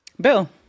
Bill